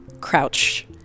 crouch